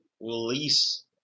release